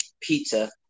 pizza